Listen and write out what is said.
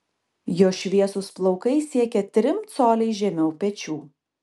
jo šviesūs plaukai siekia trim coliais žemiau pečių